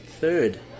third